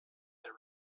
that